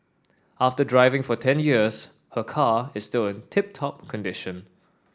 after driving for ten years her car is still in tip top condition